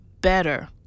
better